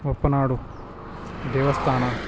ಬಪ್ಪನಾಡು ದೇವಸ್ಥಾನ